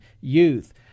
youth